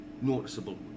noticeable